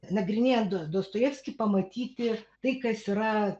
nagrinėjant do dostojevskį pamatyti tai kas yra